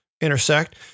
intersect